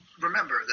remember